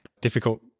difficult